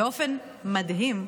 באופן מדהים,